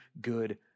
good